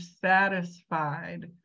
satisfied